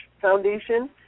Foundation